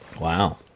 Wow